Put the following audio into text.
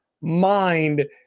mind